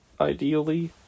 ideally